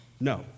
No